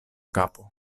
kapo